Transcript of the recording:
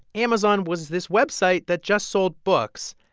amazon was this website that just sold books.